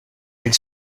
elle